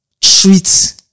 treat